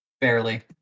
Barely